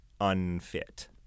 unfit